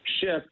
shift